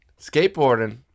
skateboarding